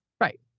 right